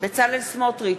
בצלאל סמוטריץ,